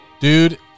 Dude